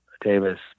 Davis